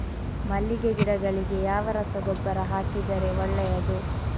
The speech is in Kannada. ಮಲ್ಲಿಗೆ ಗಿಡಗಳಿಗೆ ಯಾವ ರಸಗೊಬ್ಬರ ಹಾಕಿದರೆ ಒಳ್ಳೆಯದು?